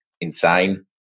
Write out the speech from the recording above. insane